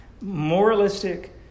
Moralistic